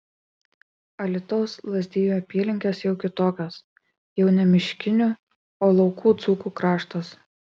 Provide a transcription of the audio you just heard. alytaus lazdijų apylinkės jau kitokios jau ne miškinių o laukų dzūkų kraštas